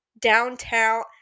downtown